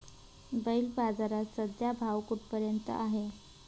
बैल बाजारात सध्या भाव कुठपर्यंत आहे?